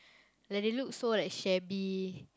like they look so like shabby